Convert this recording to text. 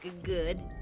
good